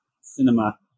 cinema